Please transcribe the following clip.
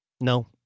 no